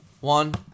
one